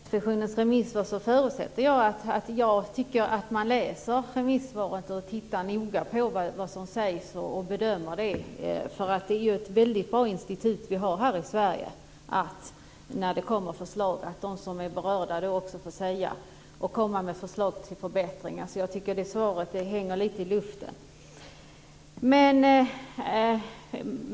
Fru talman! När det gäller Datainspektionens remisser förutsätter jag att man läser remissvaret och tittar noga på vad som sägs och bedömer det. Det är ju ett väldigt bra institut vi har i Sverige att de som är berörda av ett förslag får komma med förslag till förbättringar. Jag tycker att svaret hänger lite i luften.